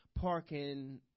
parking